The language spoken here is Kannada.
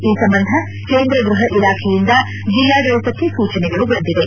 ಈ ಸಂಬಂಧ ಕೇಂದ್ರ ಗೃಹ ಇಲಾಖೆಯಿಂದ ಜಿಲ್ಲಾಡಳಿತಕ್ಕೆ ಸೂಚನೆಗಳು ಬಂದಿವೆ